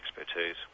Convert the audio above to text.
expertise